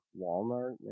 walmart